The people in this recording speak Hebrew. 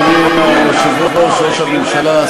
ראש הממשלה,